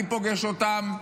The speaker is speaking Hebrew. אני פוגש אותם.